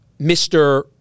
Mr